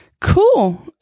cool